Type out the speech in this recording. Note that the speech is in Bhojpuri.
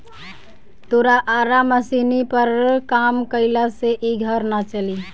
तोरा आरा मशीनी पर काम कईला से इ घर ना चली